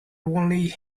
only